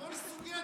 כל סוגי הדיונים.